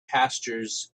pastures